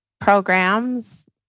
Programs